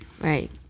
Right